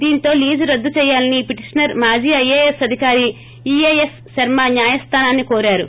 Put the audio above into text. దీంతో లీజు రద్దు చేయాలని పిటిషనర్ మాజీ ఐఏఎస్ అధికారి ఈఏఎస్ శర్మ న్యాయస్థానాన్ని కోరారు